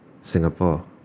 Singapore